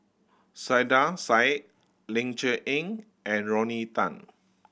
Saiedah Said Ling Cher Eng and Rodney Tan